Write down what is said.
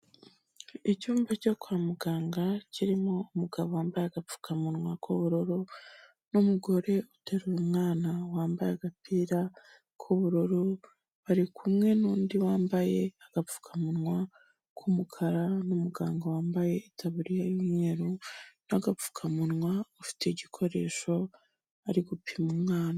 Icyumba cyo kwa muganga kirimo umugabo wambaye agapfukamunwa k'ubururu n'umugore utaruye umwana, wambaye agapira k'ubururu, bari kumwe n'undi wambaye agapfukamunwa k'umukara n'umuganga wambaye itaburiya y'umweru n'agapfukamunwa, ufite igikoresho ari gupima umwana.